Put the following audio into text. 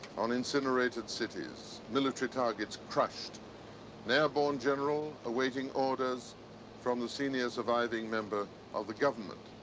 on incinerated cities, military targets crushed. an airborne general awaiting orders from the senior surviving member of the government.